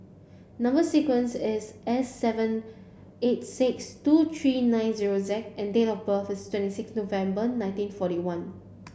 number sequence is S seven eight six two three nine zero Z and date of birth is twenty six November nineteen forty one